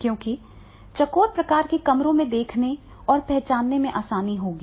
क्योंकि चौकोर प्रकार के कमरों को देखने और पहचानने में आसानी होगी